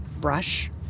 brush